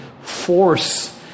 force